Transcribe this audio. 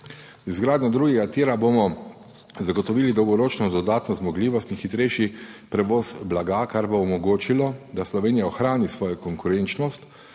Z izgradnjo drugega tira bomo zagotovili dolgoročno dodatno zmogljivost in hitrejši prevoz blaga, kar bo omogočilo, da Slovenija ohrani svojo konkurenčnost